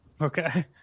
Okay